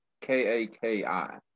K-A-K-I